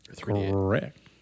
Correct